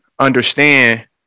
understand